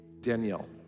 Danielle